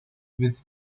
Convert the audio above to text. with